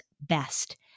best